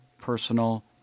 personal